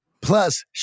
Plus